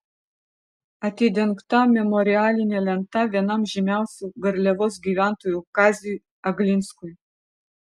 atidengta memorialinė lenta vienam žymiausių garliavos gyventojų kaziui aglinskui